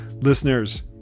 Listeners